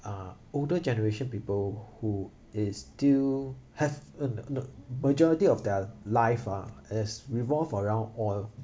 uh older generation people who is still have majority of their life ah has revolve around oil